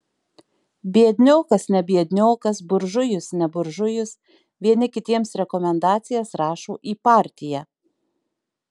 biedniokas ne biedniokas buržujus ne buržujus vieni kitiems rekomendacijas rašo į partiją